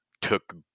took